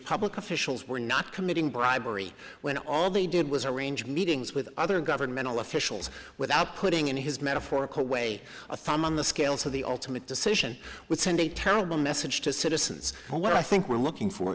public officials were not committing bribery when all they did was arrange meetings with other governmental officials without putting in his metaphorical way a thumb on the scale so the ultimate decision would send a terrible message to citizens what i think we're looking for